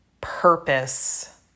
purpose